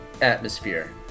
Atmosphere